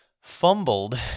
fumbled